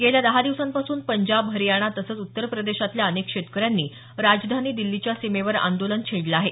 गेल्या दहा दिवसांपासून पंजाब हरयाणा तसंच उत्तर प्रदेशातल्या अनेक शेतकऱ्यांनी राजधानी दिल्लीच्या सीमेवर आंदोलन छेडलं आहे